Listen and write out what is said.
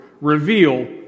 reveal